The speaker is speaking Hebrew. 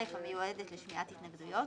המיועדת לשמיעת התנגדויות,